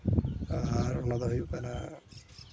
ᱟᱨ ᱚᱱᱟᱫᱚ ᱦᱩᱭᱩᱜ ᱠᱟᱱᱟ